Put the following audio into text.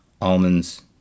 Almonds